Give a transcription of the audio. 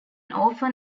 orphan